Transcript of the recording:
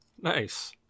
Nice